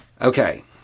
Okay